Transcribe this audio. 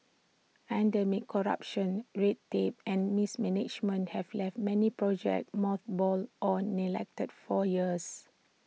endemic corruption red tape and mismanagement have left many projects mothballed or neglected for years